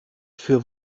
für